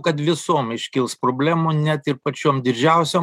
kad visom iškils problemų net ir pačiom didžiausiom